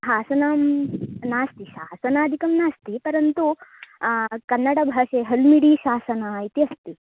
हासनां नास्ति शासनादिकं नास्ति परन्तु कन्नडभाषाहल्मिडिशासनम् इति अस्ति